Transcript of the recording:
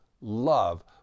love